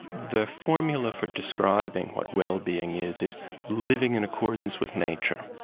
the formula for describing what wellbeing is, is living in accordance with nature,